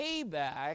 payback